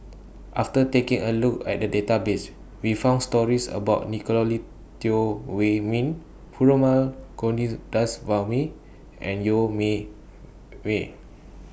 after taking A Look At The Database We found stories about Nicolette Teo Wei Min Perumal Govindaswamy and Yeo Me Wei